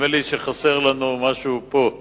נדמה לי שחסר לנו משהו פה,